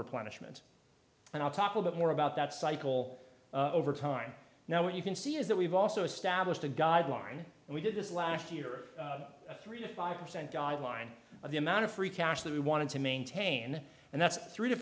replenishment and i'll talk a bit more about that cycle over time now what you can see is that we've also established a guideline and we did this last year three to five percent guideline of the amount of free cash that we wanted to maintain and that's three to